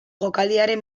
jokaldiaren